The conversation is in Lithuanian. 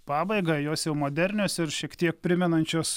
pabaigą jos jau modernios ir šiek tiek primenančios